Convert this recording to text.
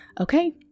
Okay